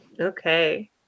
Okay